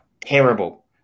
Terrible